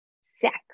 sex